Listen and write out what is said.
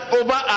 over